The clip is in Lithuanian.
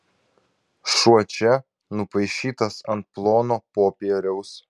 šuo čia nupaišytas ant plono popieriaus